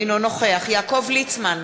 אינו נוכח יעקב ליצמן,